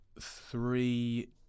three